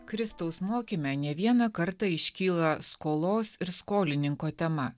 kristaus mokyme ne vieną kartą iškyla skolos ir skolininko tema